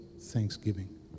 thanksgiving